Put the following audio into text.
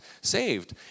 saved